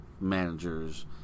managers